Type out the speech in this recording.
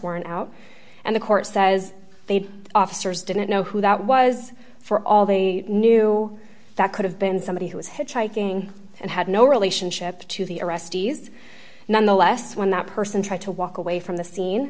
warrant out and the court says they'd officers didn't know who that was for all they knew that could have been somebody who was hitchhiking and had no relationship to the arrestees nonetheless when that person tried to walk away from the scene